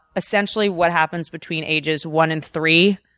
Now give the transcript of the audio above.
essentially what happens between ages one and three,